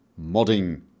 modding